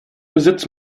besitzt